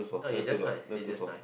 no you just nice you just nice